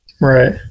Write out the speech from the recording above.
Right